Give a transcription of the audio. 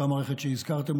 אותה מערכת שהזכרתם,